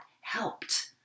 helped